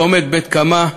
צומת בית-קמה,